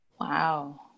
Wow